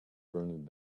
burned